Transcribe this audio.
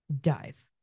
Dive